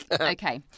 okay